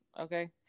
okay